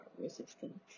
resistant